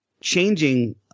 changing